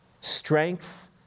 strength